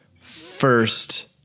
first